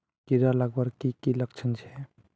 कीड़ा लगवार की की लक्षण छे?